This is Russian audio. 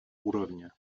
уровне